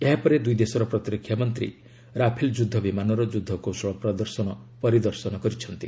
ଏହା ପରେ ଦୁଇଦେଶର ପ୍ରତିରକ୍ଷାମନ୍ତ୍ରୀ ରାଫେଲ ଯୁଦ୍ଧ ବିମାନର ଯୁଦ୍ଧକୌଶଳ ପ୍ରଦର୍ଶନ ପରିଦର୍ଶନ କରିଛନ୍ତି